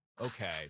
okay